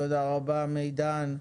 תודה רבה מידן.